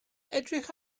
edrych